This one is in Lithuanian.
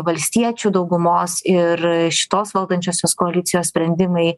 valstiečių daugumos ir šitos valdančiosios koalicijos sprendimai